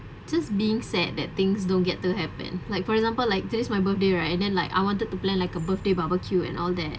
just being sad that things don't get to happen like for example like today is my birthday right and then like I wanted to plan like a birthday barbecue and all that